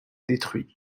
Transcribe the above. détruit